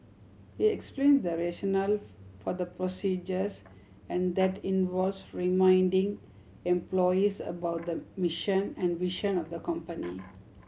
he explains the rationale for the procedures and that involves reminding employees about the mission and vision of the company